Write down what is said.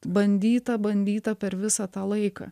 bandyta bandyta per visą tą laiką